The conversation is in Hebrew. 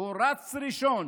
הוא רץ ראשון